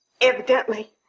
evidently